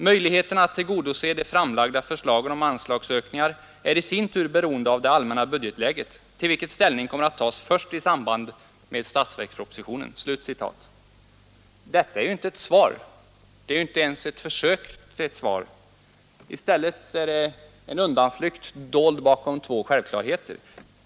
Möjligheterna att tillgodose de framlagda förslagen om anslagsökningar är i sin tur beroende av det allmänna budgetläget, till vilket ställning kommer att tas först i samband med statsverkspropositionen.” Detta är inte ett svar; det är inte ens ett försök att svara. I stället är det en undanflykt, dold bakom två självklarheter.